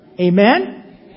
Amen